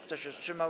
Kto się wstrzymał?